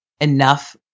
enough